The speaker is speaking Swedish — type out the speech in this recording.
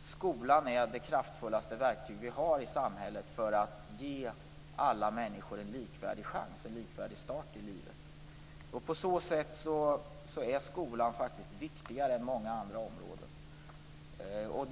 skolan är det kraftfullaste verktyg vi har i samhället för att ge alla människor en likvärdig chans och en likvärdig start i livet. På det sättet är skolan viktigare än många andra områden.